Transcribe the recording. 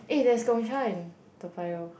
eh there's Gong-Cha in Toa-Payoh